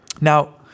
Now